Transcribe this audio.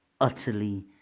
utterly